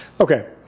Okay